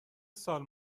سال